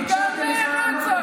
תגנה רצח.